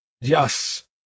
Yes